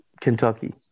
Kentucky